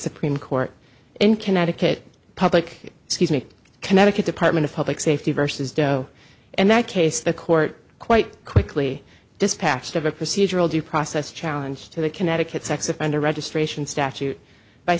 supreme court in connecticut public seesmic connecticut department of public safety versus doe and that case the court quite quickly dispatched of a procedural due process challenge to the connecticut sex offender registration statute by